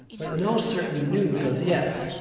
but no certain news as yet.